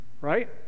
right